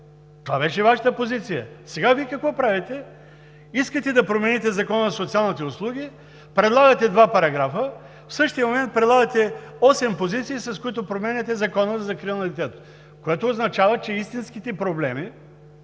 Това беше Вашата позиция. Сега Вие какво правите? Искате да промените Закона за социалните услуги, предлагате два параграфа, в същия момент предлагате осем позиции, с които променяте Закона за закрила на детето, което означава, че истинските проблеми